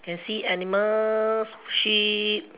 can see animals sheep